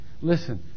Listen